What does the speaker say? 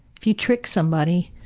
if you trick somebody,